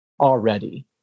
already